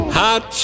hot